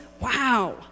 wow